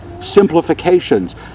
simplifications